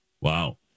Wow